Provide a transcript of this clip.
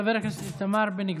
חבר הכנסת איתמר בן גביר,